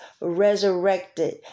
resurrected